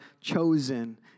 chosen